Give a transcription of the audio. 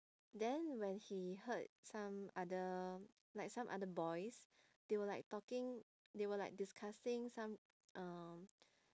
then when he heard some other like some other boys they were like talking they were like discussing some um